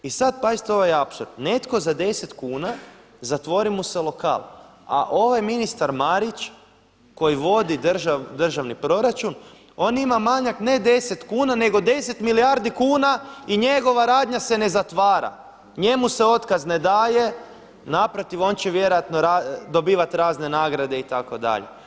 I sad pazite ovaj apsurd netko za 10 kuna zatvori mu se lokal, a ovaj ministar Marić koji vodi državni proračun on ima manjak ne 10 kuna nego 10 milijardi kuna i njegova radnja se ne zatvara, njemu se otkaz ne daje, naprotiv on će vjerojatno dobivati razne nagrade itd.